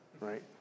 right